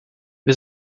wir